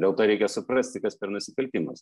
dėl to reikia suprasti kas per nusikaltimas